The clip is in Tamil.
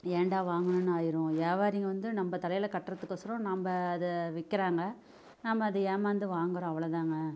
ஏன்டா வாங்குனோம்னு ஆயிரும் வியாபாரிங்க வந்து நம்ம தலையில் கட்டுறதுக்கொசரம் நம்ம அதை விற்கிறாங்க நாம் அதை ஏமாந்து வாங்குகிறோம் அவ்வளோ தாங்க